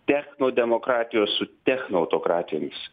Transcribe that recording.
technodemokratijos su technoautokratijomis